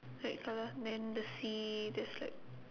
red colour then the sea there's like